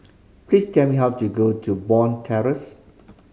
please tell me how to go to Bond Terrace